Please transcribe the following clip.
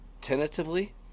tentatively